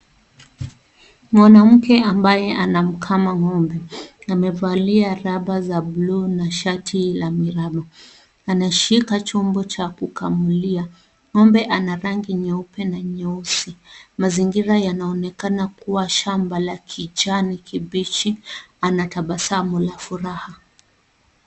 Mwanamke ambaye anamkama ng'ombe amevalia raba za bluu na shati la miraba. Anashika chombo cha kukamulia, ng'ombe ana rangi nyeupe na nyeusi, mazingira yanaonekana kuwa shamba la kijani kibichi, ana tabasamu la furaha.